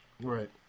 Right